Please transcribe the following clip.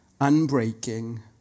unbreaking